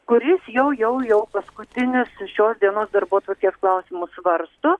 kuris jau jau jau paskutinius šios dienos darbotvarkės klausimus svarsto